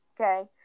Okay